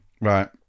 Right